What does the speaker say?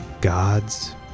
gods